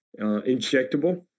injectable